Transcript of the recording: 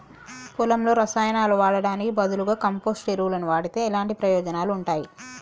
పొలంలో రసాయనాలు వాడటానికి బదులుగా కంపోస్ట్ ఎరువును వాడితే ఎలాంటి ప్రయోజనాలు ఉంటాయి?